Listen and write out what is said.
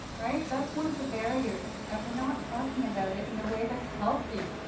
right? that's one of the barriers, is that we're not talking about it in a way that's healthy.